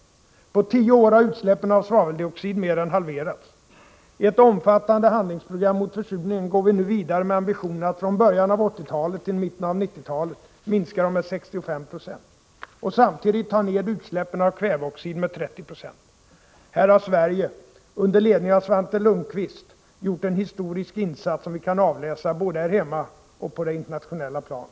På tio år har utsläppen av svaveldioxid mer än halverats. I ett omfattande handlingsprogram mot försurningen går vi nu vidare med ambitionen att från början av 1980-talet till mitten av 1990-talet minska utsläppen av svaveldioxid med 65 26 och samtidigt ta ned utsläppen av kväveoxid med 30 96. Här har Sverige, under ledning av Svante Lundkvist, gjort en historisk insats, som vi kan avläsa både här hemma och på det internationella planet.